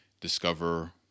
discover